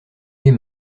les